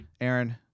Aaron